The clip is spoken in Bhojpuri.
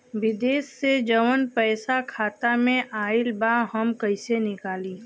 विदेश से जवन पैसा खाता में आईल बा हम कईसे निकाली?